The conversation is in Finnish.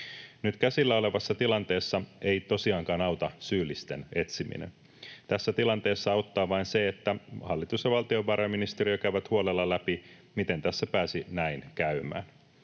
Nyt käsillä olevassa tilanteessa ei tosiaankaan auta syyllisten etsiminen. Tässä tilanteessa auttaa vain se, että hallitus ja valtiovarainministeriö käyvät huolella läpi, miten tässä pääsi näin käymään,